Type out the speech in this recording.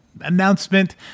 announcement